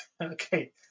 Okay